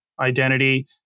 identity